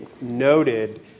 noted